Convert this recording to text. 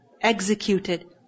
executed